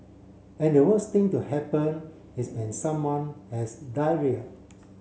and the worst thing to happen is when someone has diarrhoea